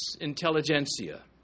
intelligentsia